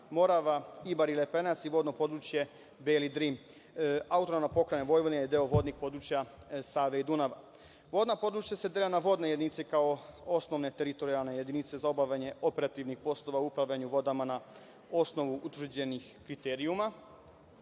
Morava, Ibar i Lepenac i vodno područje Beli Drim. Autonomna pokrajina Vojvodine je deo vodnih područja Save i Dunava. Vodna područja se dele na vodne jedinice, kao osnovne teritorijalne jedinice za obavljanje operativnih poslova u upravljanju vodama na osnovu utvrđenih kriterijuma.